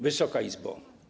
Wysoka Izbo!